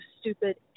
stupid